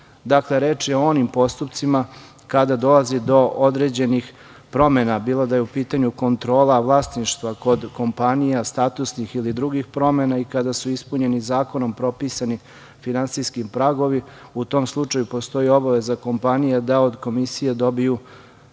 Dakle, reč je o onim postupcima kada dolazi do određenih promena, bilo da je u pitanju kontrola vlasništva kod kompanija, statusnih ili drugih promena i kada su ispunjeni zakonom propisani finansijski pragovi. U tom slučaju postoji obaveza kompanije da od Komisije dobiju